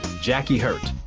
jackie hurt.